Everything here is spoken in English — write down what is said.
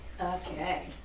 Okay